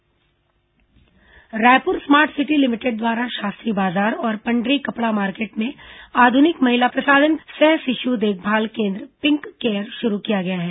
राज्यपाल pink care Raipur smart city limited द्वारा शास्त्री बाजार और पंडरी कपड़ा मार्केट में आधुनिक महिला प्रसाधन सह शिशु देखभाल केन्द्र पिंक केयर शुरू किया गया है